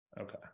Okay